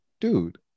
dude